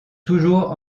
toujours